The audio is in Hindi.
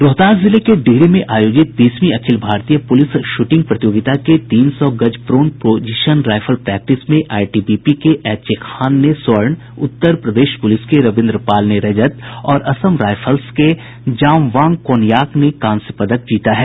रोहतास जिले के डिहरी में आयोजित बीसवीं अखिल भारतीय पूलिस शूटिंग प्रतियोगिता के तीन सौ गज प्रोन पोजिशन रायफल प्रैक्टिस में आईटीबीपी के एचए खान ने स्वर्ण उत्तर प्रदेश पुलिस के रविन्द्र पाल ने रजत और असम रायफल्स के जामवन्ग कोनायक ने कांस्य पदक जीता है